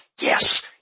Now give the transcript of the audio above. yes